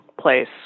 place